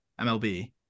MLB